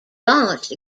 launched